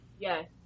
yes